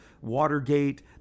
Watergate